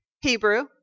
Hebrew